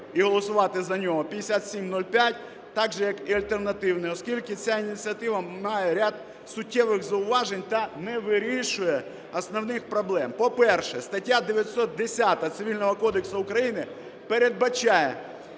і голосувати за нього, 5705, так же, як і альтернативний, оскільки ця ініціатива має ряд суттєвих зауважень та не вирішує основних проблем. По-перше, стаття 910 Цивільного кодексу України передбачає